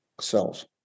cells